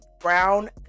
brown